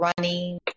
running